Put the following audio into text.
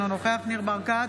אינו נוכח ניר ברקת,